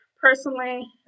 Personally